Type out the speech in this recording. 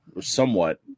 somewhat